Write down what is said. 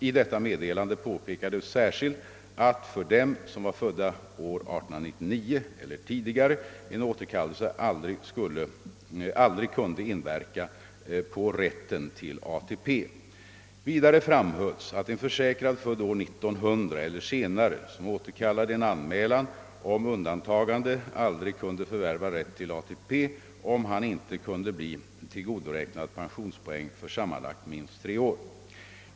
I detta meddelande påpekades särskilt att för dem, som var födda år 1899 eller tidigare, en återkallelse aldrig kunde inverka på rätten till ATP. Vidare framhölls att en försäkrad, född år 1900 eller senare, som återkallade en anmälan om undantagande, aldrig kunde förvärva rätt till ATP om han inte kunde bli tillgodoräknad pensionspoäng för sammanlagt minst tre år.